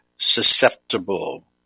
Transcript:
Susceptible